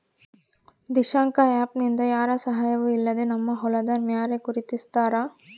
Dishank app ನಿಂದ ಯಾರ ಸಹಾಯವೂ ಇಲ್ಲದೆ ನಮ್ಮ ಹೊಲದ ಮ್ಯಾರೆ ಗುರುತಿಸ್ತಾರ